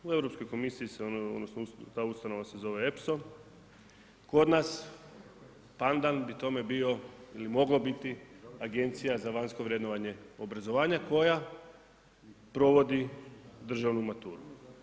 U Europskoj komisiji se odnosno ta ustanova se zove EPSO, kod nas pandan bi tome bio ili mogao biti Agencija za vanjsko vrednovanje obrazovanja koja provodi državnu maturu.